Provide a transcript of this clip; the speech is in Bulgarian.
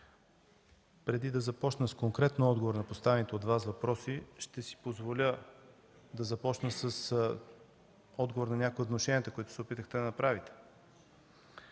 преди конкретния отговор на поставените от Вас въпроси ще си позволя да започна с отговор на някои от внушенията, които се опитахте да направите.